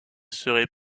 serait